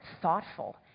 thoughtful